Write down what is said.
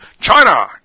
China